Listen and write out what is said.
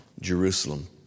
Jerusalem